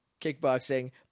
kickboxing